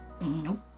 Nope